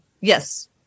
yes